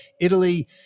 Italy